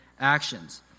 actions